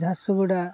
Jharsuguda